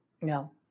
No